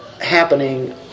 happening